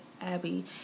Abby